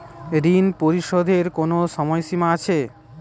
ঋণ পরিশোধের কোনো সময় সীমা আছে?